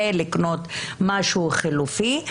ולקנות משהו חלופי,